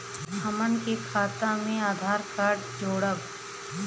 हमन के खाता मे आधार कार्ड जोड़ब?